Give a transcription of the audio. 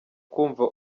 kumva